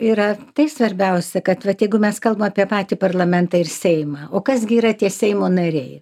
yra tai svarbiausia kad vat jeigu mes kalbam apie patį parlamentą ir seimą o kas gi yra tie seimo nariai